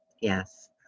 Yes